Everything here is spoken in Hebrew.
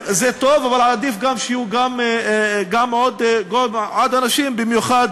זה טוב, אבל עדיף שיהיו עוד אנשים, במיוחד